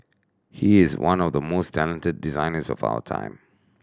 he is one of the most talented designers of our time